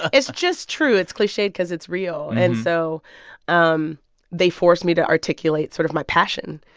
it's just true. it's cliched because it's real. and so um they forced me to articulate sort of my passion.